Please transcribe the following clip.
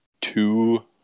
two